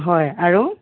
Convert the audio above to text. হয় আৰু